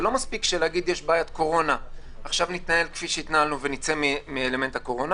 לא מספיק להגיד שישנה עכשיו בעיית קורונה